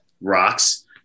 rocks